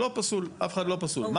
זה לא פסול אף אחד לא פסול -- אני